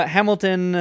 Hamilton